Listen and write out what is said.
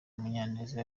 munyaneza